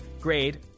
grade